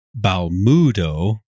Balmudo